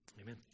amen